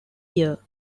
year